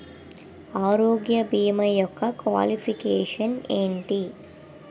ఆరోగ్య భీమా యెక్క క్వాలిఫికేషన్ ఎంటి?